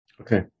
Okay